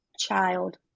child